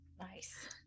Nice